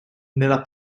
nella